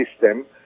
system